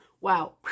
Wow